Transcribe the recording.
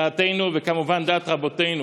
דעתנו, וכמובן דעת רבותינו,